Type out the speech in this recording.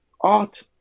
art